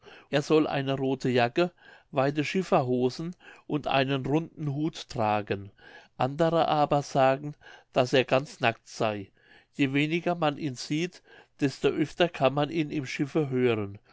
er soll eine rothe jacke weite schifferhosen und einen runden hut tragen andere aber sagen daß er ganz nackt sey je weniger man ihn sieht desto öfter kann man ihn im schiffe hören